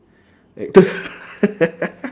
actor